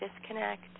disconnect